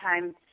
time